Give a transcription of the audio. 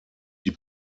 die